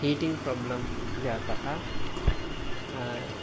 heating problem जातम्